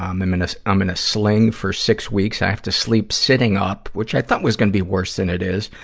um i'm in a, i'm in a sling for six weeks. i have to sleep sitting up, which i thought was gonna be worse that it is.